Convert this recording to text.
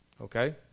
okay